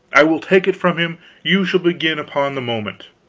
i will take it from him you shall begin upon the moment.